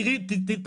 תבואי לשדרות,